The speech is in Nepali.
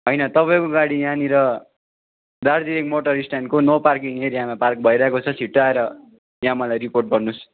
होइन तपाईँको गाडी यहाँनेर दार्जिलिङ मोटर स्ट्यान्डको नो पार्किङ एरियामा पार्क भइरहेको छ छिटो आएर यहाँ मलाई रिपोर्ट गर्नु होस्